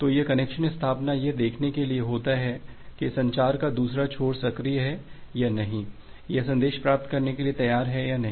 तो यह कनेक्शन स्थापना यह देखने के लिए होता है कि संचार का दूसरा छोर सक्रिय है या नहीं या संदेश प्राप्त करने के लिए तैयार है नहीं